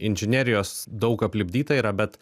inžinerijos daug aplipdyta yra bet